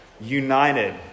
United